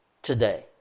today